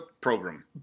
program